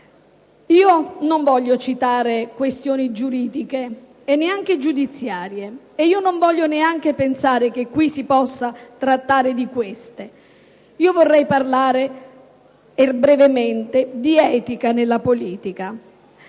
Io non voglio citare questioni giuridiche e neanche giudiziarie; non voglio neanche pensare che qui si possa trattare di queste. Vorrei parlare di etica nella politica;